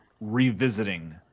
revisiting